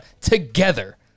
together